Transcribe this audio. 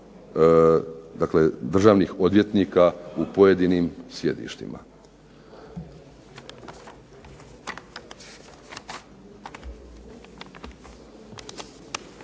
dakle državnih odvjetnika u pojedinim sjedištima.